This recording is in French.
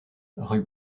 rue